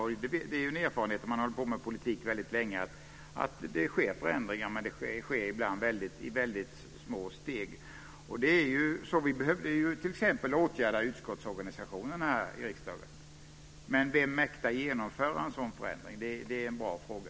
Det är en erfarenhet om man har hållit på med politik väldigt länge att det sker förändringar. Men det sker ibland i väldigt små steg. Vi behöver t.ex. åtgärda utskottsorganisationen i riksdagen. Men vem mäktar genomföra en sådan förändring? Det är en bra fråga.